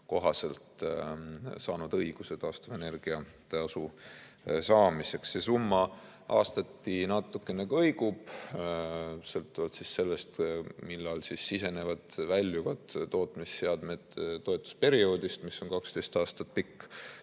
kohaselt saanud õiguse taastuvenergia tasu saamiseks. See summa aastati natuke kõigub sõltuvalt sellest, millal sisenevad-väljuvad tootmisseadmed toetusperioodist, mis on 12 aastat pikk.